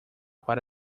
para